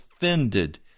offended